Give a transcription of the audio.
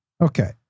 Okay